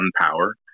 power